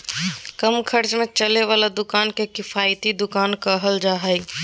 कम खर्च में चले वाला दुकान के किफायती दुकान कहल जा हइ